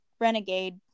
renegade